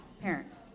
parents